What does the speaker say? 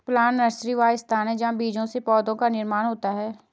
plant nursery वह स्थान है जहां बीजों से पौधों का निर्माण होता है